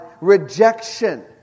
rejection